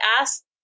asked